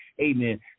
amen